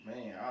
Man